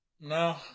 No